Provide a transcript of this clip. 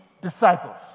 disciples